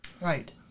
Right